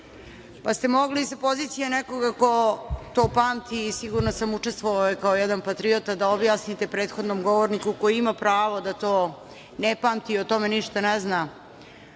ste sa pozicije nekoga ko to pamti i, sigurna sam, učestvovao je kao jedan patriota da objasnite prethodnom govorniku, koji ima pravo da to ne pamti i o tome ništa ne zna,